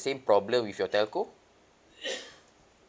same problem with your telco